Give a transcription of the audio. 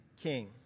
king